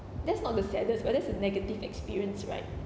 that's not the saddest but that's a negative experience right